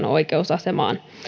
oikeusasemaan